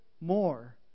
more